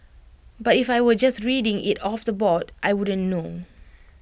but if I were just reading IT off the board I wouldn't know